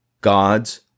gods